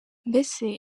mbese